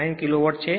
9 kilowatt છે